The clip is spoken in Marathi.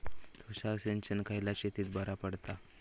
तुषार सिंचन खयल्या शेतीक बरा पडता?